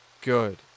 good